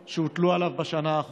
מבין מאות האירועים שנהג